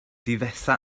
difetha